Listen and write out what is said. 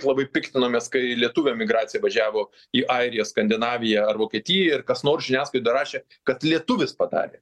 labai piktinomės kai lietuvių emigracija važiavo į airiją skandinaviją ar vokietiją ir kas nors žiniasklaida rašė kad lietuvis padarė